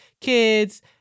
kids